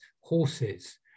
Horses